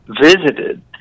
visited